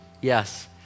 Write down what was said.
Yes